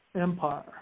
empire